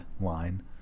line